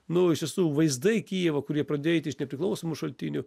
nu iš tiesų vaizdai kijivo kurie pradėjo eit iš nepriklausomų šaltinių